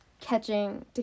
Catching